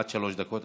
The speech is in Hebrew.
עד שלוש דקות,